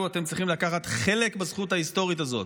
אתם צריכים לקחת חלק בזכות ההיסטורית הזאת.